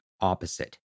opposite